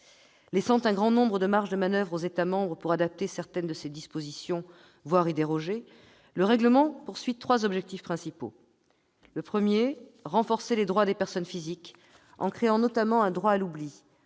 Laissant un grand nombre de marges de manoeuvre aux États membres pour adapter certaines de ses dispositions, voire pour y déroger, le règlement poursuit trois objectifs principaux. Premièrement, il vise à renforcer les droits des personnes physiques en créant notamment un droit à l'oubli